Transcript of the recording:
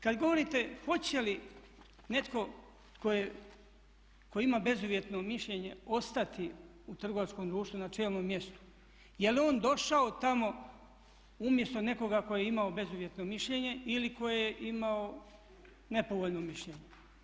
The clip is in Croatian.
Kad govorite hoće li netko tko ima bezuvjetno mišljenje ostati u trgovačkom društvu na čelnom mjestu, je li on došao tamo umjesto nekoga tko je imao bezuvjetno mišljenje ili koji je imao nepovoljno mišljenje?